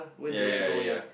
yea yea yea